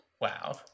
Wow